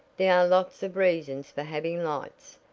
there are lots of reasons for having lights,